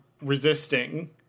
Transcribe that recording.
resisting